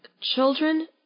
children